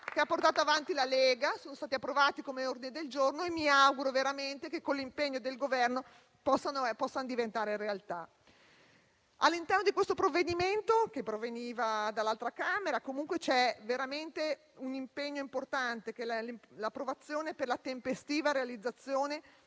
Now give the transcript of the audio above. che ha portato avanti la Lega e che sono state approvate come ordini del giorno; mi auguro veramente che con l'impegno del Governo possano diventare realtà. All'interno di questo provvedimento, che proviene dall'altra Camera, vi sono veramente impegni importanti, che riguardano: la tempestiva realizzazione